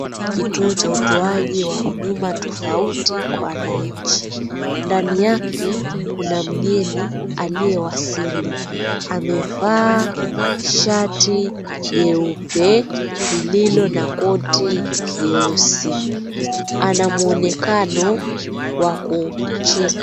Hiki ni kituo cha utoaji wa huduma tofauti kwa wananchi. Ndani yake kuna mgeni aliyewasili. Amevaa shati jeupe lililo na koti nyeusi. Ana mwonekano wa kucheka.